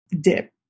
dip